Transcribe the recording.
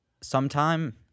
sometime